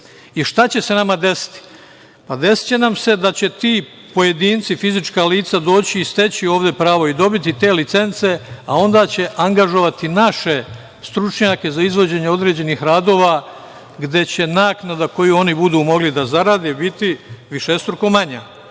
Šta će se nama desiti? Desiće nam se da će ti pojedinci, fizička lica doći i steći ovde pravo i dobiti te licence, a onda će angažovati naše stručnjake za izvođenje određenih radova, gde će naknada koju oni budu mogli da zarade biti višestruko manja